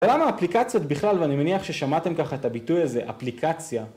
למה אפליקציות בכלל, ואני מניח ששמעתם ככה את הביטוי הזה, אפליקציה